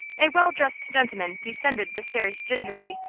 a well-dressed gentleman descended the stairs gingerly,